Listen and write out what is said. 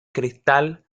cristal